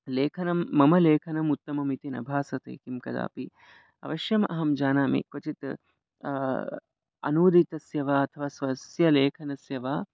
लेखनं मम लेखनम् उत्तमम् इति न भासते किं कदापि अवश्यम् अहं जानामि क्वचित् अनूदितस्य वा अथवा स्वस्य लेखनस्य वा